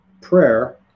prayer